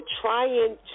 trying